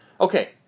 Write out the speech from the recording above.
Okay